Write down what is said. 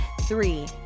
three